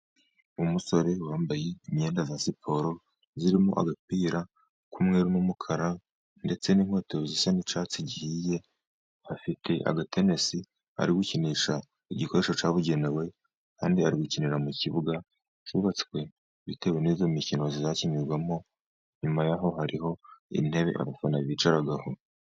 Umusore wambaye imyenda ya siporo irimo agapira k'umweru n'umukara ndetse n'inkweto zisa n'icyatsi gihiye, afite agatenesi bari gukinisha igikoresho cyabugenewe kandi ari gukinira mu kibuga cyubatswe bitewe n'iyo mikino izakinirwamo nyuma yaho hariho intebe abafana bicaraho.